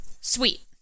Sweet